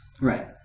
right